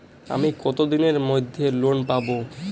আমি কতদিনের মধ্যে লোন পাব?